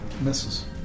misses